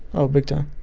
oh, big time.